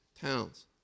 towns